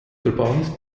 verband